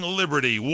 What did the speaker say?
liberty